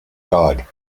god